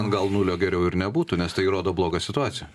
gal nulio geriau ir nebūtų nes tai rodo blogą situaciją